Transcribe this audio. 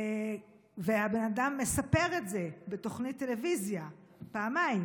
והבן אדם מספר את זה בתוכנית טלוויזיה פעמיים